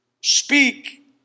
speak